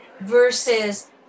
versus